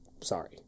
Sorry